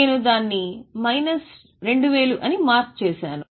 నేను దాన్ని మైనస్ 2000 అని మార్కు చేశాను